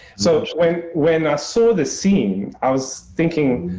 so when i saw the scene, i was thinking,